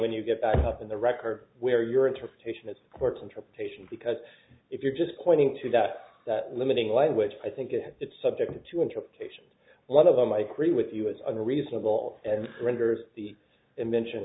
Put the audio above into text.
when you get back in the record where your interpretation is court's interpretation because if you're just pointing to that that limiting language i think it is subject to interpretation one of them might create with us unreasonable and renders the invention